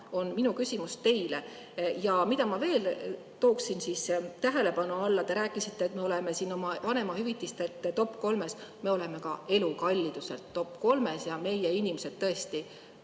on minu küsimus teile. Ja mida ma tooksin tähelepanu alla? Te rääkisite, et me oleme siin oma vanemahüvitistelt topp kolmes. Me oleme ka elukalliduselt topp kolmes ja meie inimesed